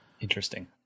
Interesting